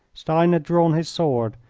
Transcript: stein had drawn his sword,